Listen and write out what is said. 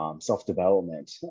self-development